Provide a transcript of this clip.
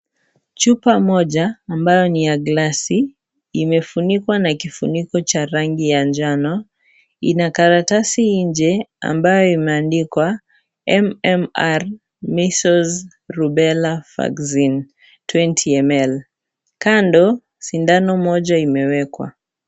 Chupa moja ambayo ni ya gilasi imefunikwa na kifuniko cha rangi ya njano. Ina karatasi nje ambayo imeandikwa MMR Measles Rubela Vaccine 20ml Kando, sindano moja imewekwa.